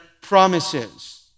promises